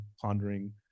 pondering